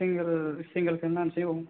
single सिंलेखौनो नायनोसै आव